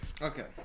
Okay